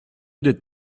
des